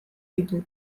ditu